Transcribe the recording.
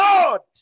Lord